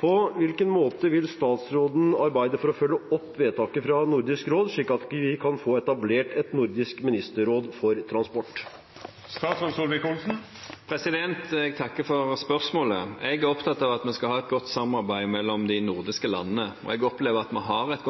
På hvilken måte vil statsråden arbeide for å følge opp vedtaket fra Nordisk råd, slik at vi kan få etablert et nordisk ministerråd for transport?» Jeg takker for spørsmålet. Jeg er opptatt av at vi skal ha et godt samarbeid mellom de nordiske landene, og jeg opplever at vi har det